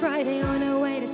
friday on a way to